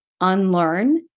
unlearn